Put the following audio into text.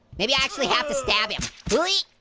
maybe i actually have to stab him pleat,